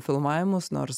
filmavimus nors